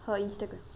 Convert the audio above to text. her instagram